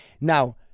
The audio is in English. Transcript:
Now